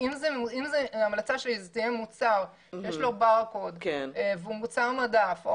ההמלצה שלי היא שזה יהיה מוצר שיש לו ברקוד והוא מוצר מדף.